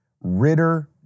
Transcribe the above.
Ritter